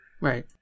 Right